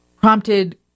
prompted